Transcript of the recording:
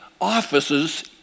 offices